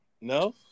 No